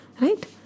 Right